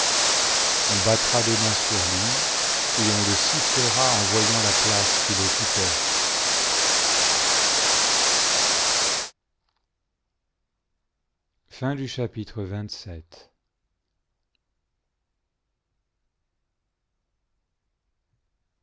on battra des mains siu lui et on le sifflera en voyant la place qu'il occunait